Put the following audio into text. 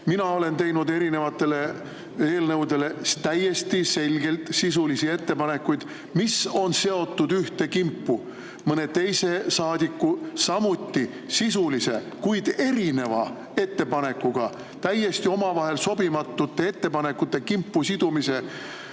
Mina olen teinud erinevate eelnõude kohta täiesti selgelt sisulisi ettepanekuid, mis on seotud ühte kimpu mõne teise saadiku samuti sisulise, kuid erineva ettepanekuga. Omavahel täiesti sobimatud ettepanekud on kimpu [seotult]